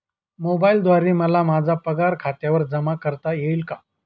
मोबाईलद्वारे मला माझा पगार खात्यावर जमा करता येईल का?